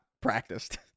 practiced